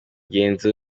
mugenzi